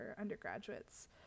undergraduates